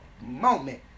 moment